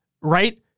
right